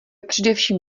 především